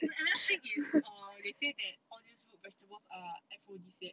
ya and another thing is err they say that all these root vegetables are aphrodisiac